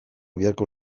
beharko